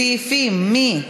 סעיפים 19